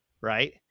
Right